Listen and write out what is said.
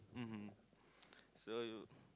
mmhmm so